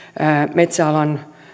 metsäalan